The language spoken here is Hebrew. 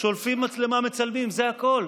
שולפים מצלמה, מצלמים, זה הכול.